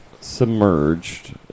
submerged